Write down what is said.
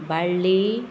Balli